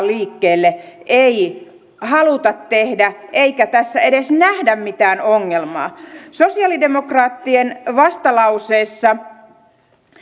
liikkeelle ei haluta tehdä eikä tässä edes nähdä mitään ongelmaa sosiaalidemokraattien vastalauseessa